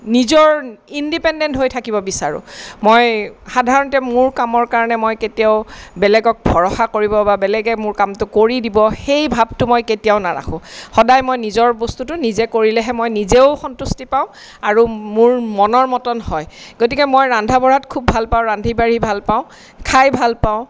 নিজৰ ইণ্ডিপেণ্ডেন্ট হৈ থাকিব বিচাৰো মই সাধাৰণতে মোৰ কামৰ কাৰণে মই কেতিয়াও বেলেগক ভৰষা কৰিব বা বেলেগে মোৰ কামটো কৰি দিব সেই ভাৱটো মই কেতিয়াও নাৰাখো সদায় মই নিজৰ বস্তুটো মই নিজে কৰিলেহে মই নিজেও সন্তুষ্টি পাওঁ আৰু মোৰ মনৰ মতন হয় গতিকে মই ৰন্ধা বঢ়াত খুব ভাল পাওঁ ৰান্ধি বাঢ়ি ভাল পাওঁ খাই ভাল পাওঁ